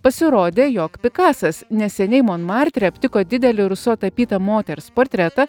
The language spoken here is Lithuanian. pasirodė jog pikasas neseniai monmartre aptiko didelį ruso tapytą moters portretą